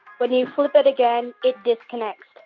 when you flip it again, it disconnects.